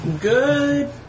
Good